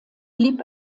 blieb